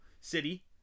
City